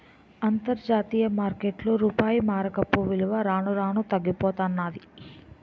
అంతర్జాతీయ మార్కెట్లో రూపాయి మారకపు విలువ రాను రానూ తగ్గిపోతన్నాది